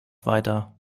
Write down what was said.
weiter